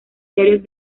diarios